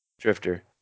Drifter